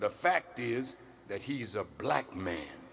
the fact is that he's a black man